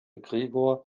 gregor